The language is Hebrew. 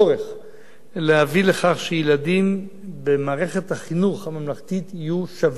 להביא לכך שילדים במערכת החינוך הממלכתית יהיו שווים ככל הניתן.